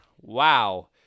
Wow